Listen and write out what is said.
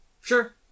Sure